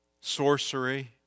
Sorcery